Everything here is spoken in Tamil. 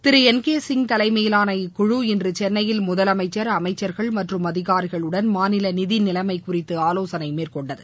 திரு என் கே சிங் தலைமையிலான இக்குழு இன்று சென்னையில் முதலமைச்சர் அமைச்சர்கள் மற்றும் அதிகாரிகளுடன் மாநில நிதி நிலைமை குறித்து ஆலோசனை மேற்கொண்டது